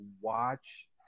watch